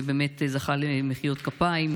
זה באמת זכה למחיאות כפיים.